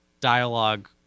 dialogue